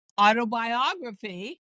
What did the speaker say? autobiography